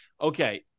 Okay